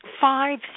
Five